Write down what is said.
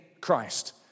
Christ